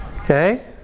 Okay